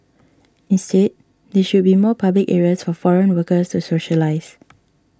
instead there should be more public areas for foreign workers to socialise